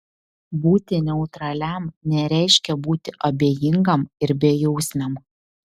būti neutraliam nereiškia būti abejingam ir bejausmiam